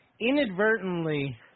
inadvertently